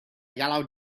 yellow